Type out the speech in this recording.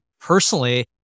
personally